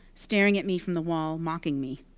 staring at me from the wall mocking me.